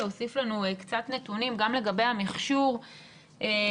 להוסיף לנו קצת נתונים גם לגבי המכשור בבתי